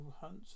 hunts